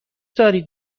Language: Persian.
دارید